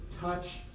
touch